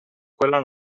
quella